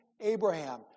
Abraham